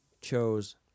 chose